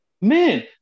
Man